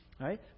right